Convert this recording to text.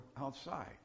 outside